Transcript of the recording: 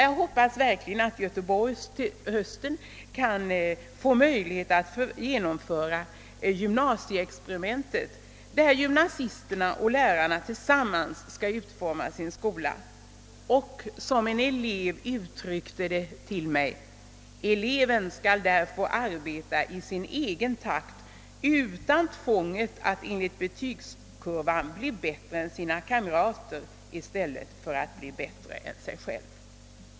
Jag hoppas att Göteborgs stad till hösten verkligen kan få möjlighet att genomföra gymnasieexperimentet, där gymnasisterna och lärarna tillsammans skall utforma sin skola och där, som en elev uttryckte det, eleven skall få arbeta i sin egen takt utan tvånget att enligt betygskurvan bli bättre än sina kamrater i stället för att bli bättre än sig själv.